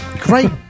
great